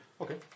Okay